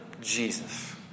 Jesus